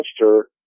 Monster